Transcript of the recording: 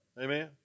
Amen